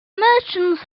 merchants